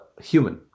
human